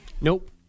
Nope